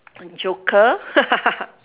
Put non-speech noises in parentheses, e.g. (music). joker (laughs)